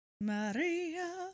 Maria